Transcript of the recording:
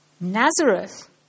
Nazareth